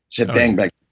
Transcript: said, bang, but